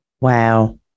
Wow